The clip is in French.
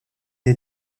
est